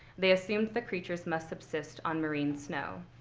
they assumed the creatures must subsist on marine snow.